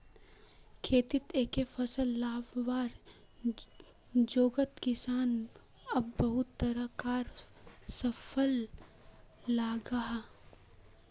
खेतित एके फसल लगवार जोगोत किसान अब बहुत तरह कार फसल लगाहा